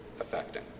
affecting